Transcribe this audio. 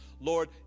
Lord